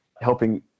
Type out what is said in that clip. helping